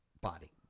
body